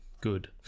good